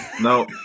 no